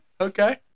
Okay